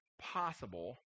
possible